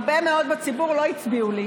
הרבה מאוד בציבור לא הצביעו לי.